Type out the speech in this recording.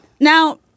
Now